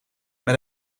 met